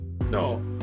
No